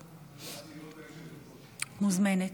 את מוזמנת.